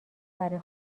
برای